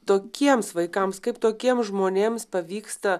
tokiems vaikams kaip tokiem žmonėms pavyksta